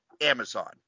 Amazon